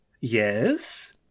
Yes